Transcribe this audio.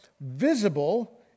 visible